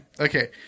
Okay